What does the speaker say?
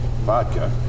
Vodka